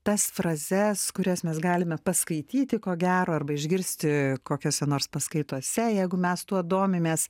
tas frazes kurias mes galime paskaityti ko gero arba išgirsti kokiose nors paskaitose jeigu mes tuo domimės